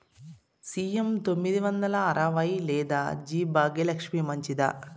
CM తొమ్మిది వందల అరవై లేదా జి భాగ్యలక్ష్మి మంచిదా?